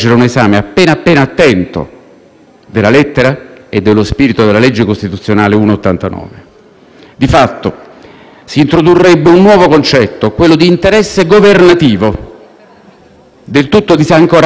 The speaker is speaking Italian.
Di fatto, si introdurrebbe un nuovo concetto, quello di interesse governativo, del tutto disancorato da qualunque confronto e paragone che possa consentire di stabilire se vi sia o no la necessaria preminenza.